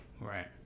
Right